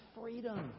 freedom